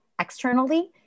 externally